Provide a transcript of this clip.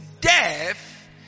death